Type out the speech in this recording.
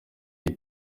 iri